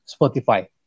Spotify